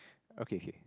okay okay